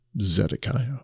Zedekiah